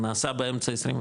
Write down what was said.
הוא נעשה באמצע 21,